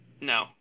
no